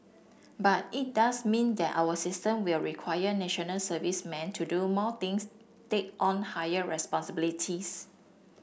but it does mean that our system will require National Serviceman to do more things take on higher responsibilities